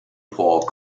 paul